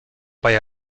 bei